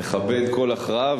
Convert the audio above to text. נכבד את ההכרעה,